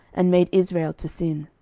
and made israel to sin.